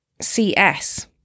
CS